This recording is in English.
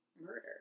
Murder